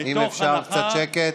אם אפשר קצת שקט.